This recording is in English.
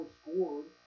scored